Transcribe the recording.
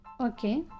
okay